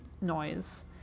noise